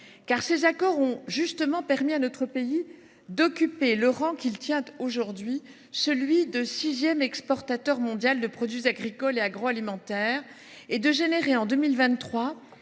Ces accords ont en effet justement permis à notre pays d’occuper le rang qu’il tient aujourd’hui, celui de sixième exportateur mondial de produits agricoles et agroalimentaires, et de dégager, en 2023,